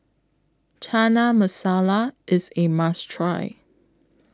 Chana Masala IS A must Try